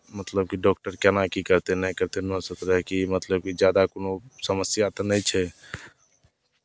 मतलब कि डॉक्टर केना की करतै नहि करतै की मतलब कि ज्यादा कोनो समस्या तऽ नहि छै